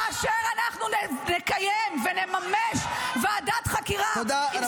כאשר אנחנו נקיים ונממש ועדת חקירה עם